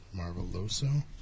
Marveloso